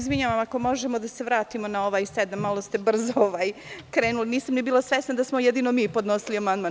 Izvinjavam se, ako možemo da se vratimo na ovaj član 7, malo ste brzo krenuli, nisam ni bila svesna da smo jedino mi podnosili amandman.